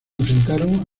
enfrentaron